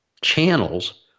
channels